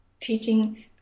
teaching